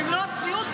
במלוא הצניעות,